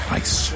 ice